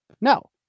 No